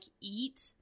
eat